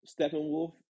Steppenwolf